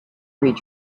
read